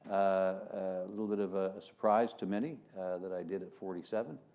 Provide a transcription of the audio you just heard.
a little bit of a surprise to many that i did at forty seven.